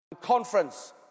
Conference